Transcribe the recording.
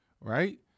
right